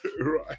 Right